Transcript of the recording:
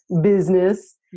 business